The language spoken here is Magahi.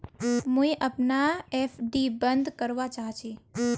मुई अपना एफ.डी बंद करवा चहची